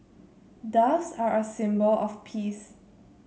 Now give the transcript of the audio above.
doves are a symbol of peace